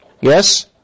Yes